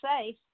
safe